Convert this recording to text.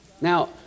Now